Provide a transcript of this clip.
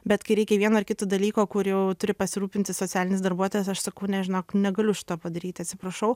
bet kai reikia vieno ar kito dalyko kur jau turi pasirūpinti socialinis darbuotojas aš sakau ne žinok negaliu šito padaryti atsiprašau